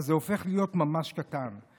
אז זה הופך להיות ממש קטן.